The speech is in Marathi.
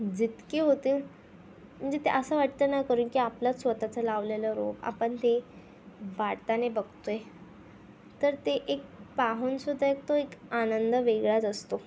जितके होतील म्हणजे ते असं वाटतं ना करून की आपलाच स्वत चं लावलेलं रोप आपण ते बाढताने बघतोय तर ते एक पाहूनसुद्धा एक तो एक आनंद वेगळाच असतो